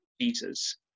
Jesus